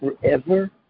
forever